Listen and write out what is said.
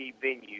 venue